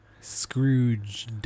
Scrooge